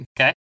Okay